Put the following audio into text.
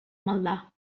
maldà